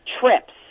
trips